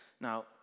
Now